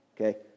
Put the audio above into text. Okay